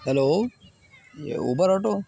hello یہ Uber auto